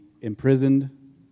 imprisoned